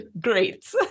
great